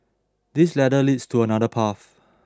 this ladder leads to another path